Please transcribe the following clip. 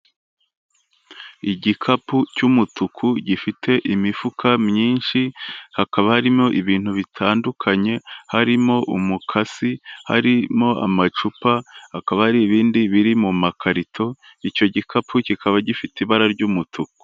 Igikapu cy'umutuku gifite imifuka myinshi, hakaba harimo ibintu bitandukanye, harimo umukasi, harimo amacupa, hakaba hari ibindi biri mu makarito, icyo gikapu kikaba gifite ibara ry'umutuku.